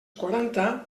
quaranta